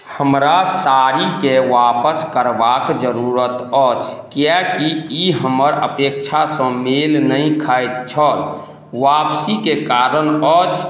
हमरा साड़ीके वापस करबाक जरूरत अछि किएकि ई हमर अपेक्षासँ मेल नहि खाइत छल वापसीके कारण अछि